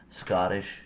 Scottish